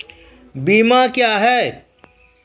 बीमा क्या हैं?